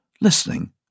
listening